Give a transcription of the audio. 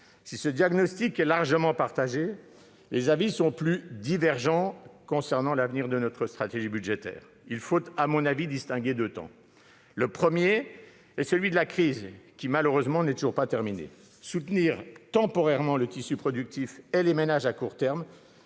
Si ce diagnostic est largement partagé, les avis sont plus divergents concernant l'avenir de notre stratégie budgétaire. Il faut à mon avis distinguer deux temps. Le premier temps est celui de la crise qui, malheureusement, n'est toujours pas terminée. Soutenir temporairement le tissu productif et les ménages à court terme